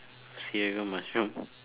seeragam mushroom